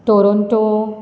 Toronto